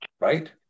right